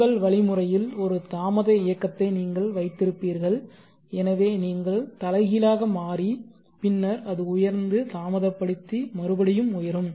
உங்கள் வழிமுறையில் ஒரு தாமத இயக்கத்தை நீங்கள் வைத்திருப்பீர்கள் எனவே நீங்கள் தலைகீழாக மாறி பின்னர் அது உயர்ந்து தாமதப்படுத்தி மறுபடியும் உயரும்